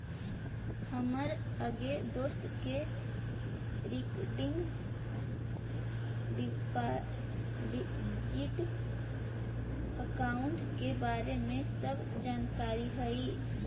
हमर एगो दोस्त के रिकरिंग डिपॉजिट अकाउंट के बारे में सब जानकारी हई